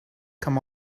come